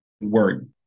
word